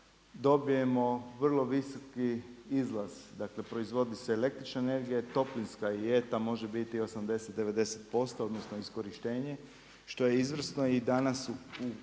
dobijemo vrlo visoki izlaz, dakle proizvodi se električna energija i toplinska … može biti 80, 90% odnosno iskorištenje što je izvrsno i danas ne bismo